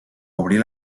obrir